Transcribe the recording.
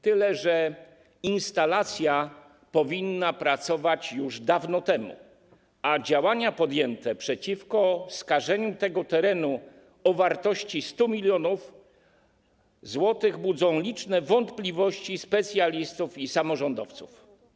Tyle że instalacja powinna pracować już dawno temu, a działania podjęte w związku ze skażeniem tego terenu o wartości 100 mln zł budzą liczne wątpliwości specjalistów i samorządowców.